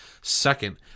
Second